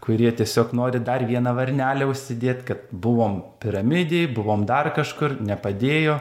kurie tiesiog nori dar vieną varnelę užsidėt kad buvom piramidėj buvom dar kažkur nepadėjo